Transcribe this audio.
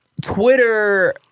twitter